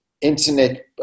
internet